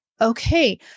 okay